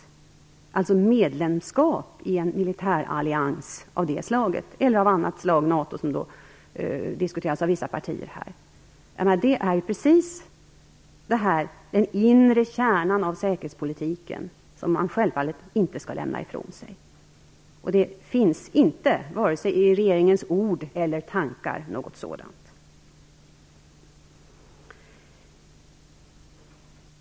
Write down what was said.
Det är alltså fråga om medlemskap i en militärallians av det slaget eller annat slag, t.ex. NATO, som här diskuteras av vissa partier. Det är just den inre kärnan av säkerhetspolitiken, som man självfallet inte skall lämna ifrån sig. Det finns inte vare sig i regeringens ord eller tankar något sådant.